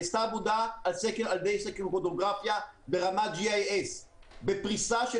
נעשתה עבודה על-ידי סקר פוטוגרפיה ברמת GIS. בפריסה של